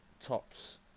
tops